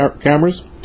cameras